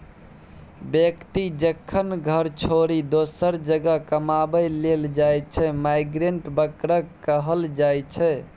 बेकती जखन घर छोरि दोसर जगह कमाबै लेल जाइ छै माइग्रेंट बर्कर कहल जाइ छै